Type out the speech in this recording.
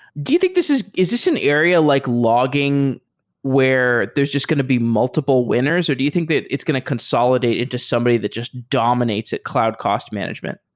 do you think this is is this an area like logging where there's just going to be multiple winners, or do you think that it's going to consolidate into somebody that just dominates at cloud cost management?